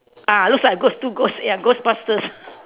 ah looks like ghost two ghost ya ghostbusters